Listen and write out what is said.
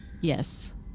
Yes